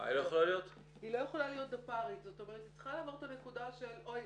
היא צריכה לעבור את הנקודה של אוי,